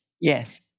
Yes